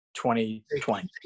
2020